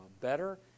better